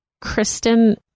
Kristen